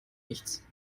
nichts